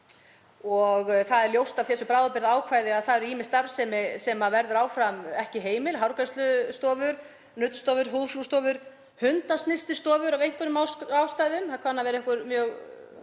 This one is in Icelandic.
Það er ljóst af þessu bráðabirgðaákvæði að það er ýmis starfsemi sem verður áfram ekki heimil; hárgreiðslustofur, nuddstofur, húðsnyrtistofur, hundasnyrtistofur af einhverjum ástæðum, það kunna að vera einhver mjög